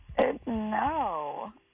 No